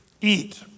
eat